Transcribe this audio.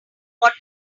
what